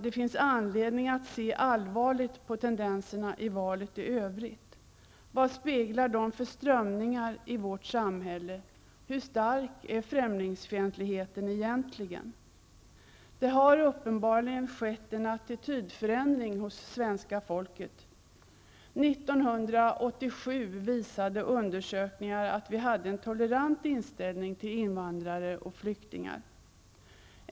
Det finns anledning att också se allvarligt på tendenserna i valet i övrigt. Vad speglar de för strömningar i vårt samhälle? Hur stark är främlingsfientligheten egentligen? Det har uppenbarligen skett en attitydförändring hos svenska folket. År 1987 visade undersökningar att vi hade en tolerant inställning till invandrare och flyktingar.